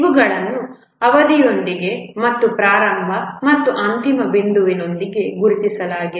ಇವುಗಳನ್ನು ಅವಧಿಯೊಂದಿಗೆ ಮತ್ತು ಪ್ರಾರಂಭ ಮತ್ತು ಅಂತಿಮ ಬಿಂದುವಿನೊಂದಿಗೆ ಗುರುತಿಸಲಾಗಿದೆ